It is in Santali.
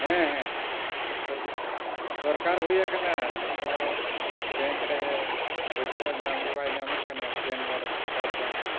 ᱦᱮᱸ ᱦᱮᱸ ᱛᱚ ᱪᱮᱫ ᱫᱚᱨᱠᱟᱨ ᱦᱩᱭ ᱟᱠᱟᱱᱟ ᱱᱤᱛᱚᱜ ᱵᱮᱝᱠ ᱨᱮ ᱯᱚᱭᱥᱟ ᱧᱟᱢ ᱜᱮ ᱵᱟᱭ ᱧᱟᱢᱚᱜ ᱠᱟᱱᱟ ᱯᱮᱱ ᱵᱟᱲ ᱠᱟᱨᱰ ᱵᱟᱝᱠᱷᱟᱱ